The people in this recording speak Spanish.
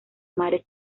mares